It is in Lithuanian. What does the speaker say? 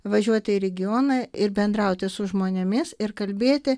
važiuoti į regioną ir bendrauti su žmonėmis ir kalbėti